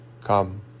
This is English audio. Come